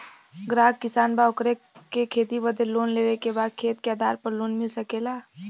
ग्राहक किसान बा ओकरा के खेती बदे लोन लेवे के बा खेत के आधार पर लोन मिल सके ला?